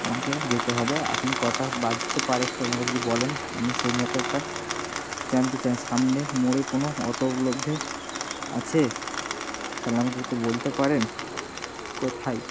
আমাকে যেতে হবে আপনি কটা বাজতে পারে একটু আমাকে যদি বলেন আমি সেই মতো একটা জানতে চাই সামনের মোড়ে কোনো অটো লব্ধ আছে আমাকে একটু বলতে পারেন কোথায়